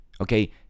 Okay